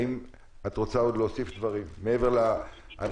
האם את רוצה להוסיף דברים מעבר להנחיה